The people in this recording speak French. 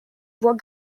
bois